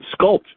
sculpt